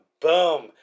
boom